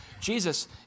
Jesus